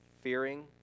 fearing